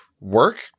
work